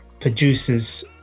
Producers